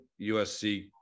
USC